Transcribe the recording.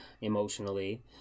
emotionally